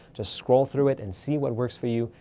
just scroll through it and see what works for you,